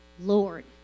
Lord